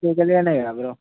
లీగలే అన్నావు కదా బ్రో